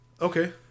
Okay